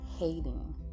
hating